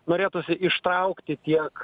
norėtųsi ištraukti tiek